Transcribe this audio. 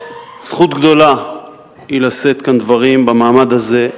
זכות גדולה היא לשאת כאן דברים במעמד הזה,